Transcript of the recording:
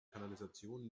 kanalisation